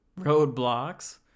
roadblocks